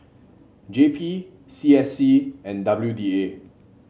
J P C S C and W D A